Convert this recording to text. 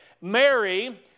Mary